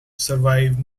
survive